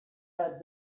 had